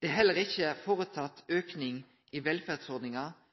Det er heller ikkje føreteke ein auke i velferdsordningar